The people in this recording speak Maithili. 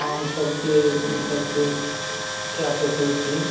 आमसभके ईसभके कए सकैत छी